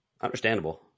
Understandable